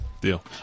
Deal